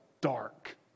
dark